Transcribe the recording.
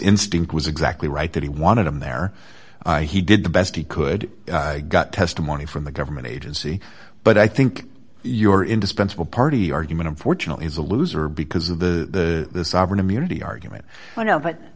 instinct was exactly right that he wanted them there he did the best he could got testimony from the government agency but i think your indispensable party argument unfortunately is a loser because of the sovereign immunity argument but